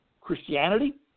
Christianity